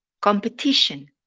Competition